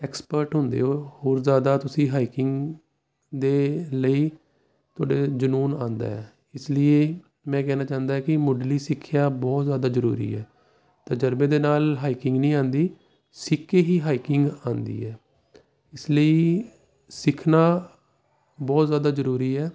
expert ਹੁੰਦੇ ਹੋ ਹੋਰ ਜ਼ਿਆਦਾ ਤੁਸੀਂ ਹਾਈਕਿੰਗ ਦੇ ਲਈ ਤੁਹਾਡੇ ਜਨੂੰਨ ਆਉਂਦਾ ਇਸ ਲਈ ਮੈਂ ਕਹਿਣਾ ਚਾਹੁੰਦਾ ਕਿ ਮੁਢਲੀ ਸਿੱਖਿਆ ਬਹੁਤ ਜ਼ਿਆਦਾ ਜ਼ਰੂਰੀ ਹੈ ਤਜਰਬੇ ਦੇ ਨਾਲ ਹਾਈਕਿੰਗ ਨਹੀਂ ਆਉਂਦੀ ਸਿੱਖ ਕੇ ਹੀ ਹਾਈਕਿੰਗ ਆਉਂਦੀ ਹੈ ਇਸ ਲਈ ਸਿੱਖਣਾ ਬਹੁਤ ਜ਼ਿਆਦਾ ਜ਼ਰੂਰੀ ਹੈ